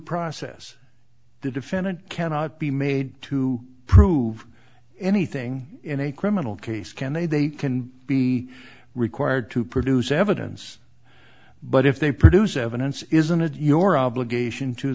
process the defendant cannot be made to prove anything in a criminal case can they they can be required to produce evidence but if they produce evidence isn't it your obligation to